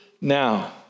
now